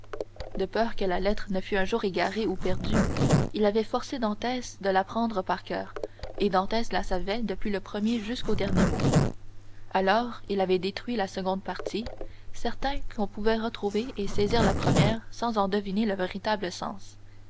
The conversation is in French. de peur que la lettre ne fût un jour égarée ou perdue il avait forcé dantès de l'apprendre par coeur et dantès la savait depuis le premier jusqu'au dernier mot alors il avait détruit la seconde partie certain qu'on pouvait retrouver et saisir la première sans en deviner le véritable sens